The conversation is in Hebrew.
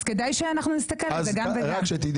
אז כדאי שאנחנו נסתכל על זה גם וגם.